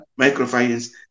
microfinance